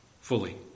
fully